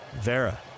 Vera